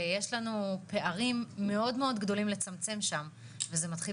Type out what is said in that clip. ויש לנו פערים מאוד מאוד גדולים לצמצם שם וזה מתחיל